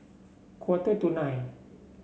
quarter to nine